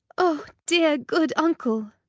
oh, dear good uncle!